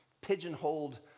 pigeonholed